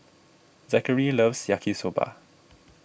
Zachery loves Yaki Soba